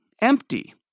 empty